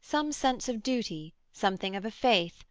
some sense of duty, something of a faith,